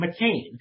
McCain